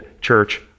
church